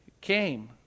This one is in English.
came